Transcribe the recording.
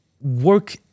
work